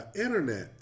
internet